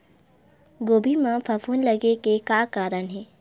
गोभी म फफूंद लगे के का कारण हे?